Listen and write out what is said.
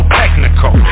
technical